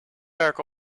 werk